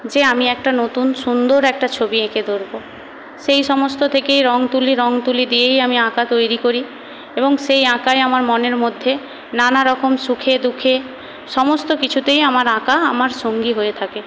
যে আমি একটা নতুন সুন্দর একটা ছবি এঁকে ধরব সেই সমস্ত থেকেই রঙ তুলি রঙ তুলি দিয়েই আমি আঁকা তৈরি করি এবং সেই আঁকাই আমার মনের মধ্যে নানারকম সুখে দুঃখে সমস্ত কিছুতেই আমার আঁকা আমার সঙ্গী হয়ে থাকে